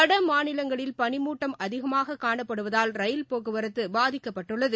வடமாநிலங்களில் பனிமூட்டம் அதிகமாககாணப்படுவதால் ரயில் போக்குவரத்தபாதிக்கப்பட்டுள்ளது